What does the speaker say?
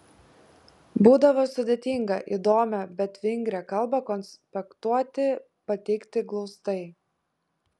būdavo sudėtinga įdomią bet vingrią kalbą konspektuoti pateikti glaustai